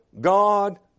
God